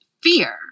fear